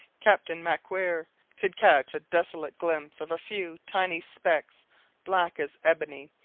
captain macwhirr could catch a desolate glimpse of a few tiny specks black as ebony,